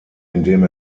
indem